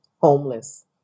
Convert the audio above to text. homeless